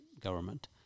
government